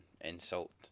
insult